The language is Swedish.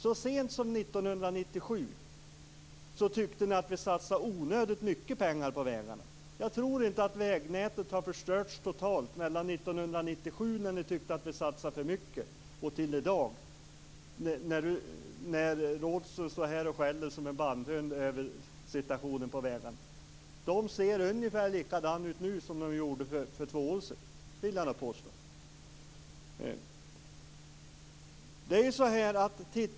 Så sent som 1997 tyckte ni att vi satsade onödigt mycket pengar på vägarna. Jag tror inte att vägnätet har förstörts totalt mellan 1997 när ni tyckte att vi satsade för mycket och i dag när Rådhström står här och skäller som en bandhund över situationen på vägarna. De ser ungefär likadana ut nu som de gjorde för två år sedan. Det vill jag gärna påstå.